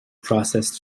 processed